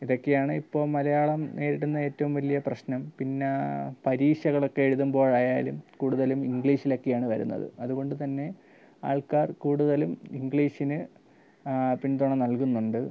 ഇതക്കെയാണ് ഇപ്പം മലയാളം നേരിടുന്ന ഏറ്റവും വലിയ പ്രശ്നം പിന്നെ പരീക്ഷകളൊക്കെ എഴുതുമ്പോഴായാലും കൂടുതലും ഇംഗ്ളീഷിലൊക്കെയാണ് വരുന്നത് അതുകൊണ്ട് തന്നെ ആൾക്കാർ കൂടുതലും ഇങ്ക്ളീഷിന് പിന്തുണ നല്കുന്നുണ്ട്